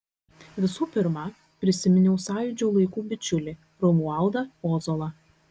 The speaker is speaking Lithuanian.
visų pirma prisiminiau sąjūdžio laikų bičiulį romualdą ozolą